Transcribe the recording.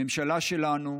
הממשלה שלנו,